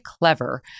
clever